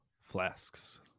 flasks